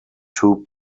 two